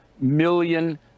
million